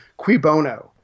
Quibono